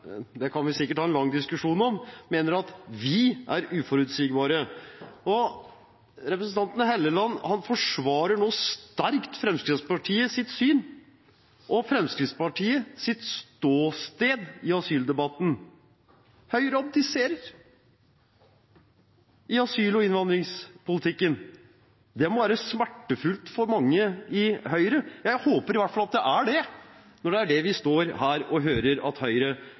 det kan vi sikkert ha en lang diskusjon om – og mener at vi er uforutsigbare. Representanten Helleland forsvarer nå sterkt Fremskrittspartiets syn og Fremskrittspartiets ståsted i asyldebatten. Høyre abdiserer i asyl- og innvandringspolitikken. Det må være smertefullt for mange i Høyre. Jeg håper i hvert fall at det er det, når det er det vi står her og hører at Høyre